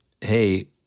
Hey